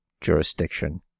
jurisdiction